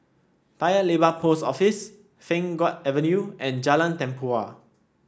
Paya Lebar Post Office Pheng Geck Avenue and Jalan Tempua